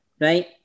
Right